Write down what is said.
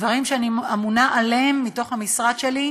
דברים שאני אמונה עליהם במשרד שלי.